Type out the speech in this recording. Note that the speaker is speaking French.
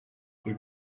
rue